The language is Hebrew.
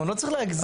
לא צריך להגזים.